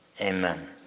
amen